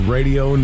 Radio